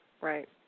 right